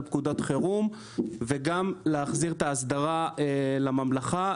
פקודות חירום וגם להחזיר את ההסדרה לממלכה,